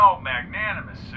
magnanimous